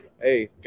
hey